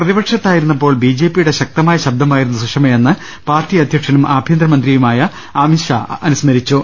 പ്രതിപക്ഷത്തായിരുന്നപ്പോൾ B J പിയുടെ ശക്തമായ ശബ്ദമായി രുന്നു സുഷമയെന്ന് പാർട്ടി അധ്യക്ഷനും ആഭ്യന്തരമന്ത്രിയുമായ അമിത്ഷാ അനു സ്മരിച്ചു